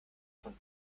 von